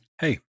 Hey